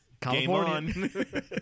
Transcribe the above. California